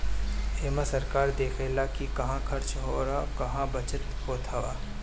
एमे सरकार देखऽला कि कहां खर्च अउर कहा बचत होत हअ